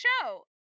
show